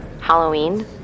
Halloween